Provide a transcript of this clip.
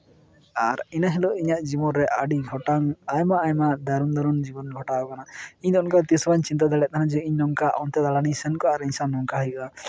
ᱟᱨ ᱤᱱᱟᱹ ᱦᱤᱞᱳᱜ ᱤᱧᱟᱜ ᱡᱤᱵᱚᱱ ᱨᱮ ᱟᱹᱰᱤ ᱜᱚᱴᱟᱝ ᱟᱭᱢᱟ ᱟᱭᱢᱟ ᱫᱟᱨᱩᱱ ᱫᱟᱨᱩᱱ ᱡᱤᱵᱚᱱ ᱜᱷᱚᱴᱟᱣ ᱠᱟᱱᱟ ᱤᱧ ᱚᱝᱠᱟ ᱛᱤᱥ ᱦᱚᱸ ᱵᱟᱹᱧ ᱪᱤᱱᱛᱟᱹ ᱫᱟᱲᱭᱟᱜ ᱛᱟᱦᱱ ᱡᱮ ᱱᱚᱝᱠᱟ ᱚᱱᱛᱮ ᱫᱟᱬᱟᱱᱤᱧ ᱥᱮᱱ ᱠᱚᱜᱼᱟ ᱟᱨ ᱤᱧ ᱥᱟᱶ ᱱᱚᱝᱠᱟ ᱦᱩᱭᱩᱜᱼᱟ